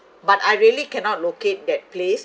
but I really cannot locate that place